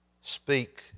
speak